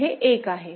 तर हे 1आहे